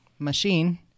Machine